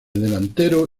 delantero